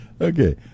Okay